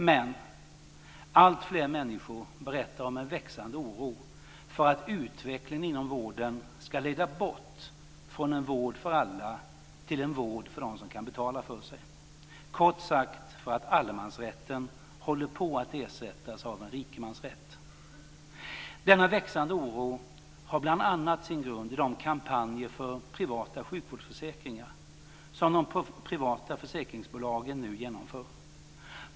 Men: Alltfler människor berättar om en växande oro för att utvecklingen inom vården ska leda bort från en vård för alla till en vård för dem som kan betala för sig, kort sagt för att allemansrätten håller på att ersättas av en rikemansrätt. Denna växande oro har bl.a. sin grund i de kampanjer för privata sjukvårdsförsäkringar som de privata försäkringsbolagen nu genomför.